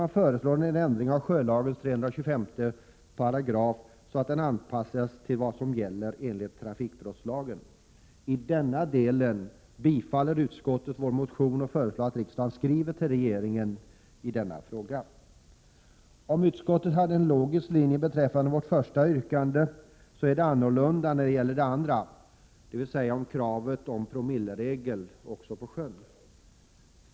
Man föreslår en ändring av 325 § sjölagen, så att den anpassas till vad som gäller enligt trafikbrottslagen. I den delen tillstyrker utskottet vår motion och föreslår att riksdagen skriver till regeringen i denna fråga. Om utskottet har en logisk linje beträffande vårt första yrkande, är det annorlunda när det gäller det andra yrkandet, dvs. om kravet på promilleregler också på sjön.